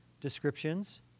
descriptions